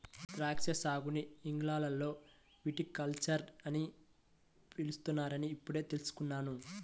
ద్రాక్షా సాగుని ఇంగ్లీషులో విటికల్చర్ అని పిలుస్తారని ఇప్పుడే తెల్సుకున్నాను